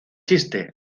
chiste